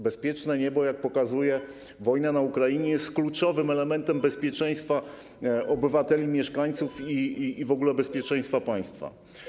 Bezpieczne niebo, jak pokazuje wojna na Ukrainie, jest kluczowym elementem bezpieczeństwa obywateli, mieszkańców i w ogóle bezpieczeństwa państwa.